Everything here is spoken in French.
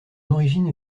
origine